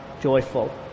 joyful